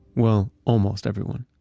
well, almost everyone.